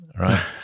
right